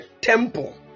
temple